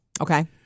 Okay